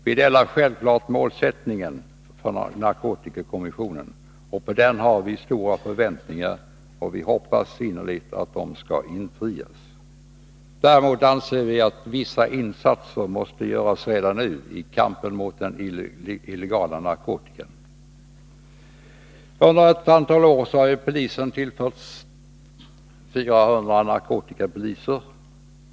Vi instämmer självfallet i målsättningen för narkotikakommissionen. På den har vi stora förväntningar, och vi hoppas innerligt att de skall infrias. Däremot anser vi att vissa insatser måste göras redan nu i kampen mot den illegala narkotikan. Under ett antal år har polisen tillförts 400 narkotikapoliser.